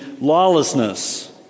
lawlessness